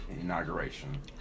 inauguration